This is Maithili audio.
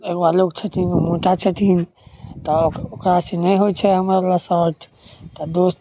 एगो आलोक छथिन ओ मोटा छथिन तऽ ओकरा अथी नहि होइ छै हमरवला शर्ट तऽ दोस्त